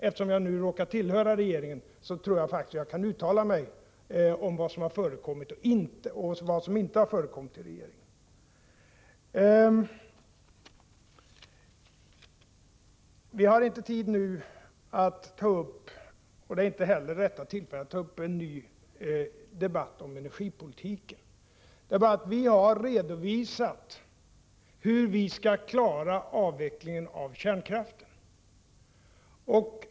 Eftersom jag nu råkar tillhöra regeringen, tror jag faktiskt jag kan uttala mig om vad som har förekommit och inte förekommit i regeringen. Vi har inte tid, och det är inte heller rätta tillfället, att nu ta en ny debatt om energipolitiken. Socialdemokratin har redovisat hur vi skall klara avvecklingen av kärnkraften.